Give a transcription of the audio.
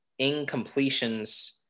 incompletions